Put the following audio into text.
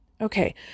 Okay